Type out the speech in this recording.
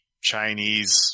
Chinese